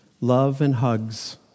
love-and-hugs